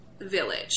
village